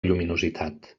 lluminositat